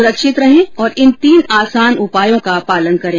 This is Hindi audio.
सुरक्षित रहें और इन तीन आसान उपायों का पालन करें